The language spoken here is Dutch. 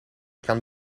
kan